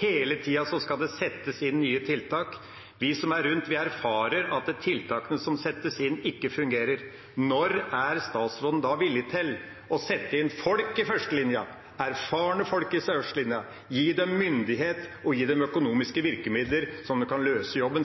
Hele tida skal det settes inn nye tiltak. Vi som er rundt, erfarer at tiltakene som settes inn, ikke fungerer. Når er statsråden da villig til å sette inn folk i førstelinja, erfarne folk i førstelinja, gi dem myndighet, og gi dem økonomiske virkemidler så de kan løse jobben